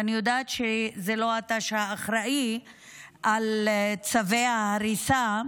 ואני יודעת שזה לא אתה שאחראי לצווי ההריסה,